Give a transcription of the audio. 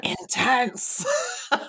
intense